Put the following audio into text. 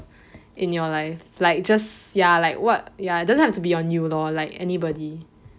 in your life like just ya like what ya it doesn't have to be on you lor like anybody